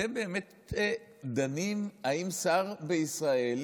אתם באמת דנים בשאלה אם שר בישראל,